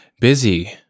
busy